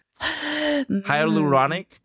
Hyaluronic